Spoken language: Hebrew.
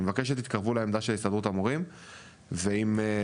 אני גם